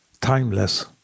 timeless